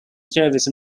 service